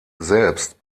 selbst